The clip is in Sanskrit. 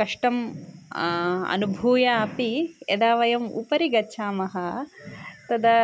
कष्टम् अनुभूय अपि यदा वयम् उपरि गच्छामः तदा